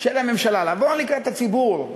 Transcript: לבוא לקראת הציבור,